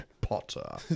Potter